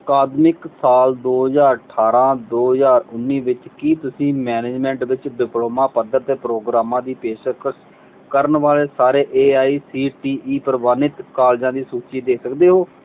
ਅਕਾਦਮਿਕ ਸਾਲ ਦੋ ਹਜ਼ਾਰ ਅਠਾਰ੍ਹਾਂ ਦੋ ਹਜ਼ਾਰ ਉੱਨੀ ਵਿੱਚ ਕੀ ਤੁਸੀਂ ਮੈਨਜਮੈਂਟ ਵਿੱਚ ਡਿਪਲੋਮਾ ਪੱਧਰ ਦੇ ਪ੍ਰੋਗਰਾਮਾਂ ਦੀ ਪੇਸ਼ਕਸ਼ ਕਰਨ ਵਾਲੇ ਸਾਰੇ A I C T E ਪ੍ਰਵਾਨਿਤ ਕਾਲਜਾਂ ਦੀ ਸੂਚੀ ਦੇ ਸਕਦੇ ਹੋ